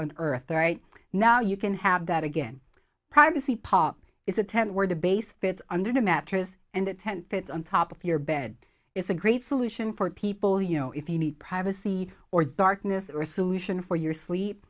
on earth right now you can have that again privacy pop is a tent where the base fits under the mattress and the tent fits on top of your bed is a great solution for people you know if you need privacy or darkness or a solution for your sleep